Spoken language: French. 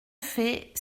fait